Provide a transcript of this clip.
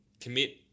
commit